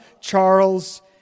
Charles